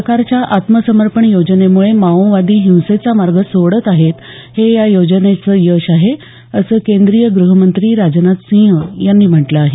सरकारच्या आत्मसमर्पण योजनेमुळे माओवादी हिंसेचा मार्ग सोडत आहेत हे या योजनेचं यश आहे असं केंद्रीय ग्रहमंत्री राजनाथ सिंह यांनी म्हटलं आहे